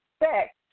expect